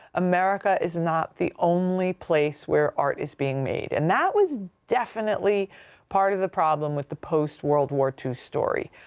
america is not the only place where art is being made. and that was definitely part of the problem with the post-world war ii story.